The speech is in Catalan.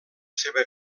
seva